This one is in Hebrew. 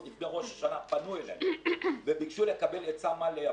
לפני ראש השנה פנו אלינו וביקשו לקבל עצה מה לייבא,